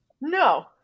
No